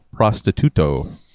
prostituto